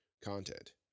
content